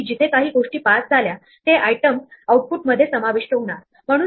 पुन्हा लक्षात घ्या की या संख्या ज्या क्रमाने दिल्या होत्या त्या क्रमाने प्रिंट होत नाहीत